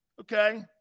okay